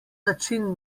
način